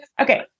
Okay